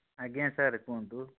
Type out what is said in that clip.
ଆଜ୍ଞା ସାର୍ କୁହନ୍ତୁ